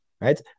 right